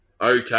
Okay